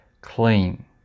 clean